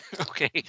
Okay